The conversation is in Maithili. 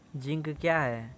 जिंक क्या हैं?